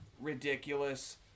ridiculous